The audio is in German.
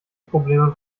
probleme